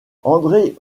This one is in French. andré